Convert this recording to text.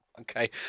Okay